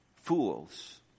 Fools